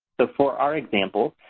but for our example,